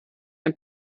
ein